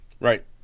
right